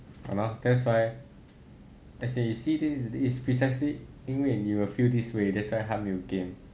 !hannor! that's why as in you see this is precisely 因为 you will feel this way that's why 他没有 game